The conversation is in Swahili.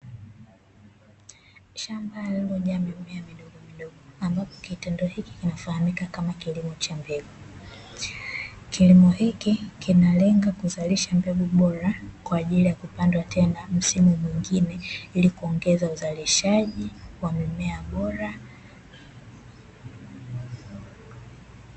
Shamba lililojaa mimea midogo midogo ambapo kitendo hiki kinafahamika kama kilimo cha mbegu. Kilimo hiki kinalenga kuzalisha mbegu bora kwa ajili ya kupandwa tena msimu mwingine, ili kuongeza uzalishaji wa mimea bora.